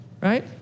right